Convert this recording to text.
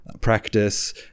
Practice